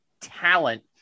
talent